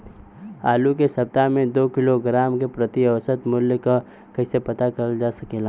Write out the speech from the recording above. आलू के सप्ताह में दो किलोग्राम क प्रति औसत मूल्य क कैसे पता करल जा सकेला?